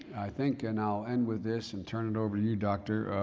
think, and i'll end with this and turn it over to you dr,